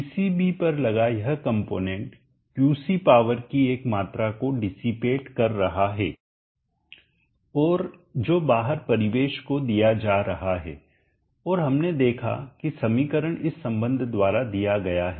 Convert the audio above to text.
PCB पर लगा यह कंपोनेंट क्यूसी पावर की एक मात्रा को डिसिपेट कर रहा है और जो बाहर परिवेश को दिया जा रहा है और हमने देखा कि समीकरण इस संबंध द्वारा दिया गया है